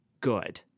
good